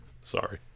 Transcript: Sorry